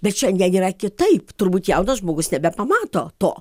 bet šiandien yra kitaip turbūt jaunas žmogus nebepamato to